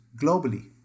globally